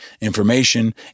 information